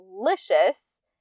delicious